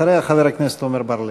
אחריה, חבר הכנסת עמר בר-לב.